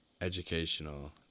educational